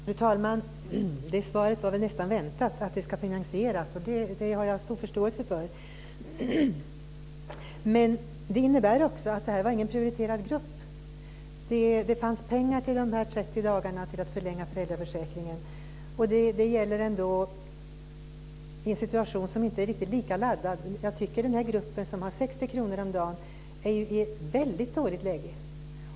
Fru talman! Det svaret, att det ska finansieras, var nästan väntat. Det har jag också stor förståelse för. Men det innebär också att detta inte var någon prioriterad grupp. Det fanns pengar till att förlänga föräldraförsäkringen med 30 dagar, och det gäller ändå en situation som inte är riktigt lika laddad. Jag tycker att den grupp som har 60 kr om dagen är i ett väldigt dåligt läge.